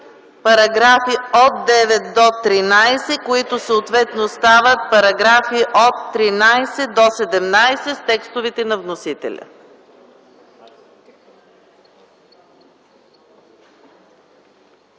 параграфи от 9 до 13, които съответно стават параграфи от 13 до 17 с текстовете на вносителя.